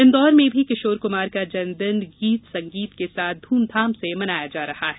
इंदौर में भी किशोर कुमार का जन्म दिन गीत संगीत के साथ धूमधाम से मनाया जा रहा है